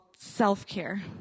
self-care